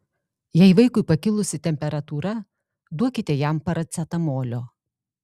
jei vaikui pakilusi temperatūra duokite jam paracetamolio